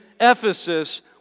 Ephesus